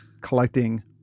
collecting